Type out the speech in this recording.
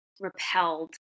repelled